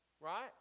Right